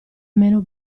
meno